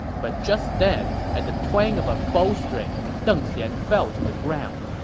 but just then, at the twang of a bowstring, deng xian fell to the ground.